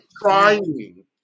Trying